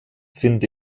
sind